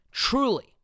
Truly